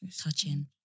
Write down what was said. touching